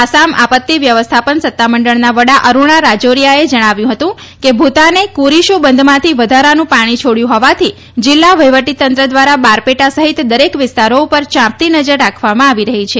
આસામ આપત્તિ વ્યવસ્થાપન સત્તામંડળના વડા અરૂણા રાજારીયાએ જણાવ્યું હતું કે ભૂતાને કુરીશું બંધમાંથી વધારાનું પાણી છોડ્યું હોવાથી જિલ્લા વહીવટીતંત્ર દ્વારા બારપેટા સહિત દરેક વિસ્તારો ઉપર ચાંપતી નજર રાખવામાં આવી રહી છે